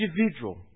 individual